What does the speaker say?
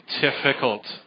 difficult